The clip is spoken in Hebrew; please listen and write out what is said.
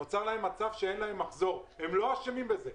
נוצר להם מצב שאין להם מחזור, הם לא אשמים בזה.